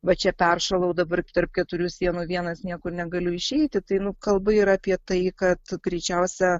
va čia peršalau dabar tarp keturių sienų vienas niekur negaliu išeiti tai nu kalba yra apie tai kad greičiausia